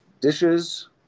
dishes